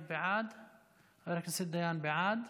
בעד,